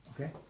Okay